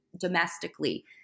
domestically